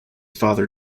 father